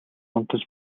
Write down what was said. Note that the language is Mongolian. унтаж